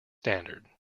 standard